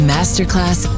Masterclass